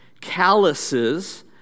calluses